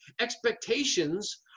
expectations